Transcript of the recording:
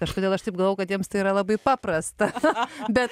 kažkodėl aš taip galvojau kad jiems tai yra labai paprasta bet